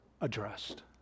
addressed